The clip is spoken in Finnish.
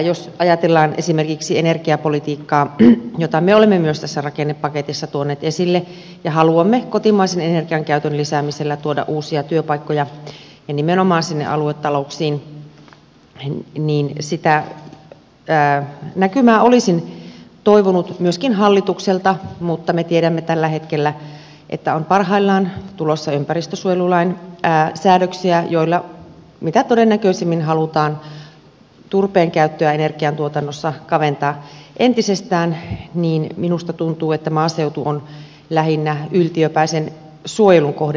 jos ajatellaan esimerkiksi energiapolitiikkaa jota me olemme myös tässä rakennepaketissa tuoneet esille haluamme kotimaisen energiankäytön lisäämisellä tuoda uusia työpaikkoja ja nimenomaan sinne aluetalouksiin niin sitä näkymää olisin toivonut myöskin hallitukselta mutta me tiedämme tällä hetkellä että on parhaillaan tulossa ympäristönsuojelulain säädöksiä joilla mitä todennäköisimmin halutaan turpeenkäyttöä energiantuotannossa kaventaa entisestään niin että minusta tuntuu että maaseutu on lähinnä yltiöpäisen suojelun kohde